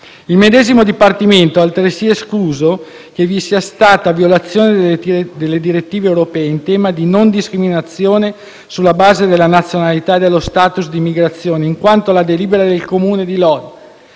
Il medesimo Dipartimento ha altresì escluso che vi sia stata violazione delle direttive europee in tema di non discriminazione sulla base della nazionalità e dello *status* di immigrazione, in quanto la delibera del Comune di Lodi